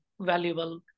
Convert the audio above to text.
valuable